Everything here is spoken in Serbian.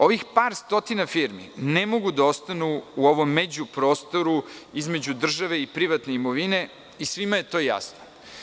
Ovih par stotina firmi ne mogu da ostanu u ovom međuprostoru između države i privatne imovine, i svima je to jasno.